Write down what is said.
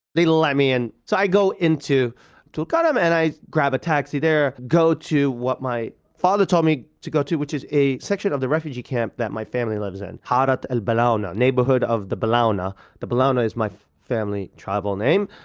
they let me in. so i go into tulkarm and i grab a taxi there, go to what my father told me to go to, which is a section of the refugee camp that my family lives in harat el-balawna, neighborhood of the balawna. the balawna is my family tribal name.